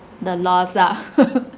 the loss ah